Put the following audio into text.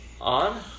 On